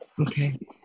Okay